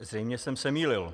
Zřejmě jsem se mýlil.